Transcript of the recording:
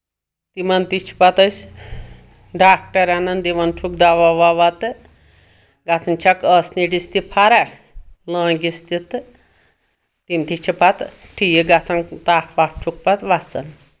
تِمن تہِ چھِ پَتہٕ أسۍ ڈاکٹر اَنَان دِوان چھُکھ دوا وَوا تہٕ گژھان چھکھ ٲسنڈِس تہِ فَرَکھ لٲنٛگِس تہِ تہٕ تِم تہِ چھِ پَتہٕ ٹھیٖک گژھان تَپھ وَپھ چھُکھ پَتہٕ وَسان